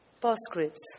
Postscripts